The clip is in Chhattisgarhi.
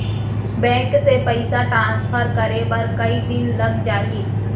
बैंक से पइसा ट्रांसफर करे बर कई दिन लग जाही?